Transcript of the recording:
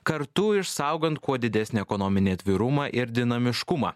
kartu išsaugant kuo didesnį ekonominį atvirumą ir dinamiškumą